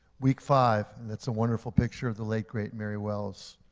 week five, and that's a wonderful picture of the late great mary wells,